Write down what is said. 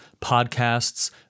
podcasts